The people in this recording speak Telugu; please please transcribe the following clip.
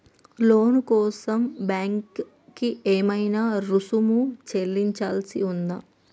లోను కోసం బ్యాంక్ కి ఏమైనా రుసుము చెల్లించాల్సి ఉందా?